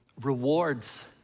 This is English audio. Rewards